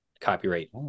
copyright